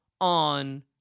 on –